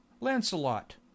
Lancelot